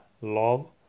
love